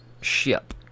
ship